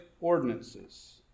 ordinances